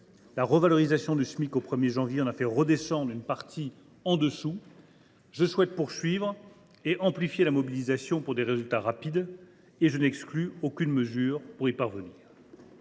La revalorisation du Smic au 1 janvier dernier a fait remonter leur nombre. Je souhaite poursuivre et amplifier la mobilisation pour des résultats rapides, et je n’exclus aucune mesure pour y parvenir.